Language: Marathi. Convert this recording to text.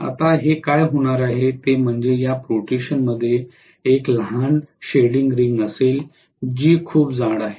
आता हे काय होणार आहे ते म्हणजे या प्रोट्रूशन मध्ये एक लहान शेडिंग रिंग असेल जी खूप जाड आहे